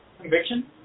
Conviction